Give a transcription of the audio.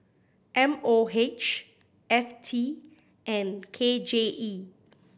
M O H F T and K J E